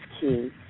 key